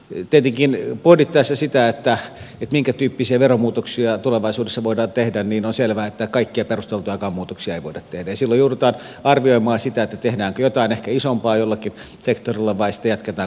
nyt en ikinä odottaisi sitä että minkätyyppisiä veromuutoksia tulevaisuudessa voida tehdä niin on selvää että kaikkia perusteltujakaan muutoksia voi tehdä sille joudutaan arvioimaan sitä tehdään jotain ehkä isompaa jollakin sektorilla paistia ketään